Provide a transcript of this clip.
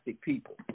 people